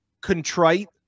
contrite